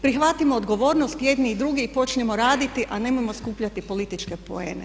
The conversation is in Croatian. Prihvatimo odgovornost jedni i drugi i počnimo raditi a nemojmo skupljati političke poene.